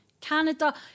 Canada